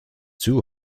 too